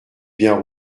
bien